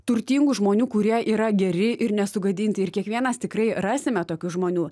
turtingų žmonių kurie yra geri ir nesugadinti ir kiekvienas tikrai rasime tokių žmonių